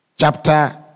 chapter